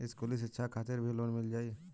इस्कुली शिक्षा खातिर भी लोन मिल जाई?